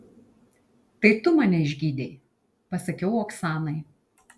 tai tu mane išgydei pasakiau oksanai